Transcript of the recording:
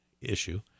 issue